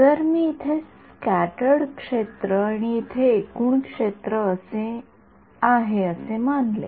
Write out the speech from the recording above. जर मी इथे स्क्याटर्ड क्षेत्र आणि इथे एकूण क्षेत्र आहे असे मानले